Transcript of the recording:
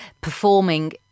performing